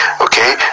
Okay